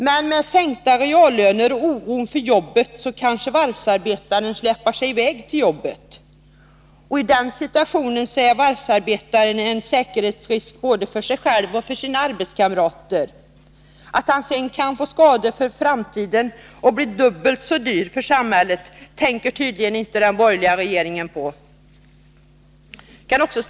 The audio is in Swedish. Men med sänkta reallöner och oron för sitt jobb kanske varvsarbetaren släpar sig i väg till jobbet. I den situationen är varvsarbetaren en säkerhetsrisk både för sig själv och för sina arbetskamrater. Att han sedan kan få skador för framtiden och bli dubbelt så dyr för samhället tänker tydligen inte den borgerliga regeringen på.